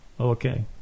okay